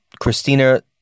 Christina